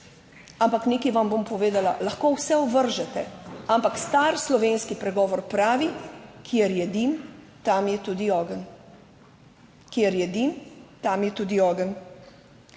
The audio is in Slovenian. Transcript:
Ampak nekaj vam bom povedala, lahko vse ovržete, ampak star slovenski pregovor pravi, kjer je dim, tam je tudi ogenj. Kjer je dim, tam je tudi ogenj.